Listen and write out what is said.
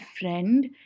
friend